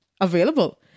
available